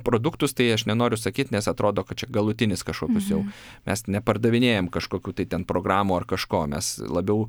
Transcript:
produktus tai aš nenoriu sakyt nes atrodo kad čia galutinis kažkokius jau mes nepardavinėjam kažkokių tai ten programų ar kažko mes labiau